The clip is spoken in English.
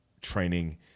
training